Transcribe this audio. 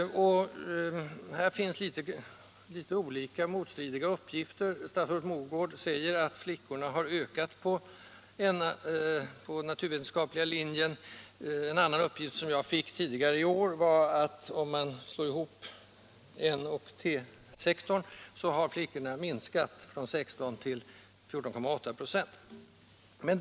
Här föreligger något motstridiga uppgifter: Statsrådet Mogård säger att flickorna har ökat på naturvetenskapliga linjen, men en annan uppgift som jag fick tidigare i år säger att om man slår ihop N och T-sektorn så har flickorna minskat från 16 till 14,8 96.